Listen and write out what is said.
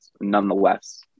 nonetheless